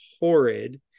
horrid